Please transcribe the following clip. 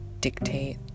dictate